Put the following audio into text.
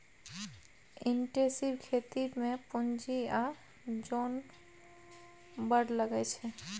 intensive खेती मे पुंजी आ जोन बड़ लगै छै